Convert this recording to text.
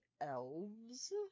elves